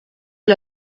est